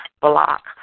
block